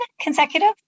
consecutive